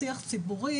לשיח ציבורי.